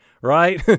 right